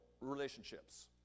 relationships